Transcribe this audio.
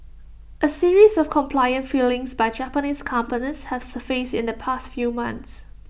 A series of compliance failings by Japanese companies have surfaced in the past few months